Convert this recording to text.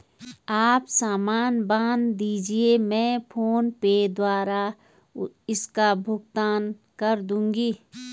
आप सामान बांध दीजिये, मैं फोन पे द्वारा इसका भुगतान कर दूंगी